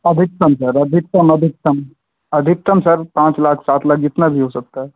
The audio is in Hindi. अधिकतम सर अधिकतम अधिकतम अधिकतम सर पाँच लाख सात लाख जितना भी हो सकता है